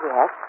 Yes